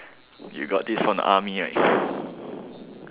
you got this from the army right